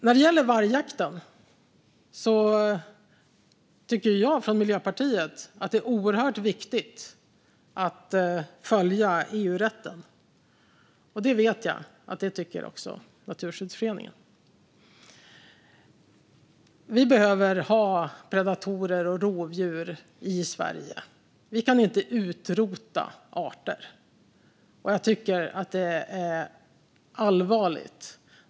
När det gäller vargjakten tycker jag från Miljöpartiet att det är oerhört viktigt att följa EU-rätten, och det vet jag att också Naturskyddsföreningen tycker. Vi behöver ha predatorer och rovdjur i Sverige; vi kan inte utrota arter.